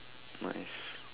nice